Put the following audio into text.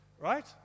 Right